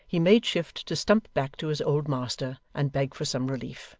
he made shift to stump back to his old master, and beg for some relief.